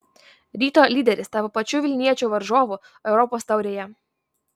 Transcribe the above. ryto lyderis tapo pačių vilniečių varžovu europos taurėje